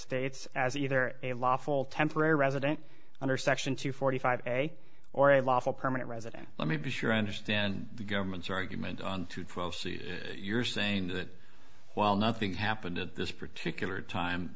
states as either a lawful temporary resident under section two forty five day or a lawful permanent resident let me be sure i understand the government's argument on your saying that while nothing happened at this particular time